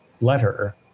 letter